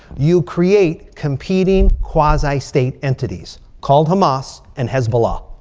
you create competing quasi-state entities called hamas and hezbollah.